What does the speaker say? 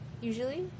usually